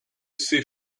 sait